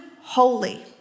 holy